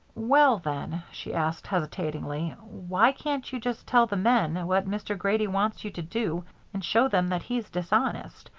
well, then, she asked hesitatingly, why can't you just tell the men what mr. grady wants you to do and show them that he's dishonest?